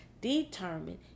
determined